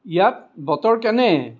ইয়াত বতৰ কেনে